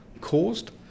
caused